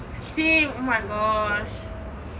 same oh my gosh